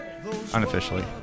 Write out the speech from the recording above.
Unofficially